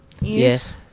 yes